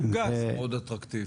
גז בכלל מאוד אטרקטיבי.